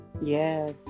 Yes